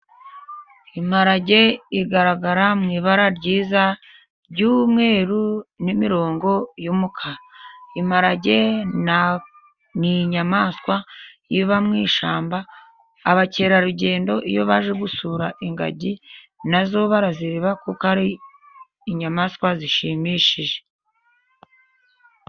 Imparage igaragara mu ibara ryiza ry'umweru n'imrongo y'umukara. Imparage ni inyamaswa iba mu ishyamba, abakerarugendo iyo baje gusura ingagi, na zo barazireba, kuko ari inyamaswa zishimishije.